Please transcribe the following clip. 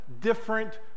different